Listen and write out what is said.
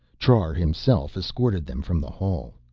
trar himself escorted them from the hall.